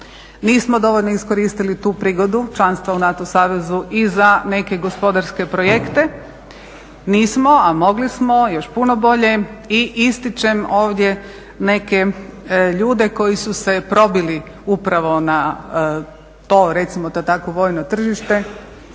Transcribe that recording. Nismo dovoljno iskoristili tu prigodu članstva u NATO savezu i za neke gospodarske projekte, nismo a mogli smo još puno bolje. I ističem ovdje neke ljude koji su se probili upravo na to recimo to takvo vojno tržište,